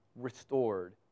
restored